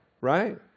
right